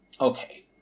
Okay